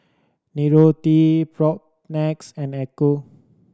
Nicorette Propnex and Ecco